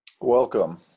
Welcome